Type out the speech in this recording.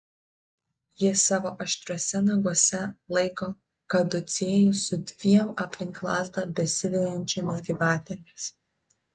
ji savo aštriuose naguose laiko kaducėjų su dviem aplink lazdą besivejančiomis gyvatėmis